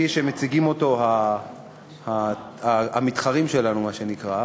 כפי שמציגים אותו המתחרים שלנו, מה שנקרא,